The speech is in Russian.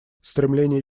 стремление